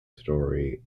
story